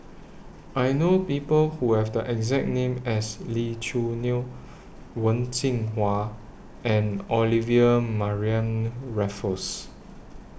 I know People Who Have The exact name as Lee Choo Neo Wen Jinhua and Olivia Mariamne Raffles